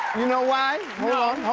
you know why? no.